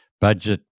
budget